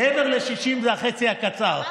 מעבר ל-60 זה החצי הקצר.